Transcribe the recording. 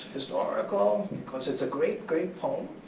historical, because it's a great, great poem,